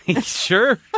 Sure